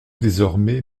désormais